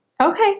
okay